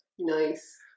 nice